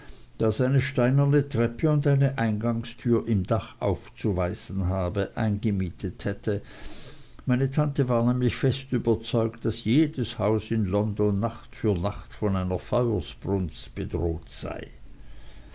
das eine steinerne treppe und eine eingangstür im dach aufzuweisen habe eingemietet hätte meine tante war nämlich fest überzeugt daß jedes haus in london nacht für nacht von einer feuersbrunst bedroht sei